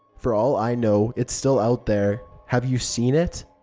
for all i know, it's still out there. have you seen it?